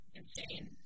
insane